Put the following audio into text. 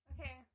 Okay